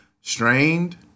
strained